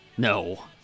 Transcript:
no